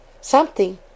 Something